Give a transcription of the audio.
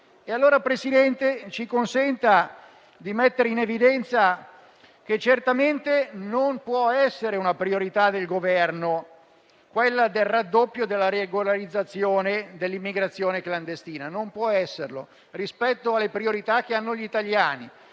Signor Presidente, ci consenta allora di mettere in evidenza che certamente non può essere una priorità del Governo quella del raddoppio della regolarizzazione dell'immigrazione clandestina; non può esserlo rispetto alle priorità che hanno gli italiani